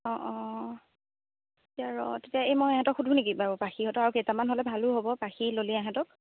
অঁ অঁ এতিয়া ৰহ্ তেতিয়া এই মই সিহঁতক সুধোঁ নেকি বাৰু পাখিহঁতক আৰু কেইটামান হ'লে ভালো হ'ব পাখি ললিয়া ইহঁতক